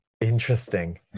Interesting